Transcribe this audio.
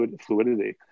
fluidity